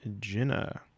Jenna